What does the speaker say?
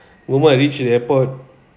moment I reached the airport